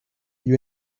you